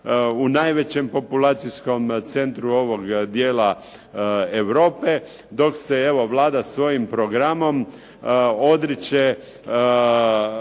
U najvećem populacijskom centru ovog dijela Europe, dok se evo Vlada svojim programom odriče